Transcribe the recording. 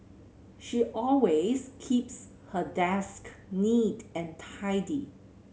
she always keeps her desk neat and tidy